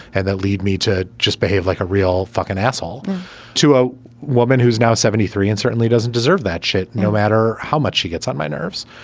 and that lead me to just behave like a real fucking asshole to a woman who is now seventy three and certainly doesn't deserve that shit no matter how much she gets on my nerves.